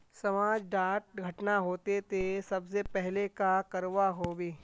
समाज डात घटना होते ते सबसे पहले का करवा होबे?